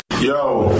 Yo